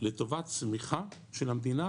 לטובת צמיחה של המדינה",